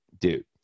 Dude